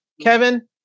Kevin